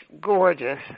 gorgeous